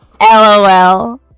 LOL